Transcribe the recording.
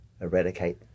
eradicate